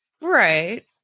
Right